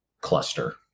cluster